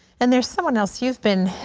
and there is someone else, you've been